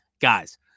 Guys